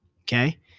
okay